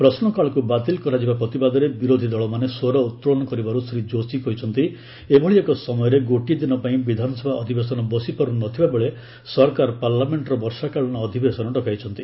ପ୍ରଶ୍ନକାଳକୁ ବାତିଲ କରାଯିବା ପ୍ରତିବାଦରେ ବିରୋଧୀ ଦଳମାନେ ସ୍ୱର ଉତ୍ତୋଳନ କରିବାରୁ ଶ୍ରୀ ଯୋଶୀ କହିଛନ୍ତି ଏଭଳି ଏକ ସମୟରେ ଗୋଟିଏ ଦିନ ପାଇଁ ବିଧାନସଭା ଅଧିବେସନ ବସିପାରୁ ନଥିବାବେଳେ ସରକାର ପାର୍ଲ୍ୟାମେଣ୍ଟର ବର୍ଷାକାଳୀନ ଅଧିବେସନ ଡକାଇଛନ୍ତି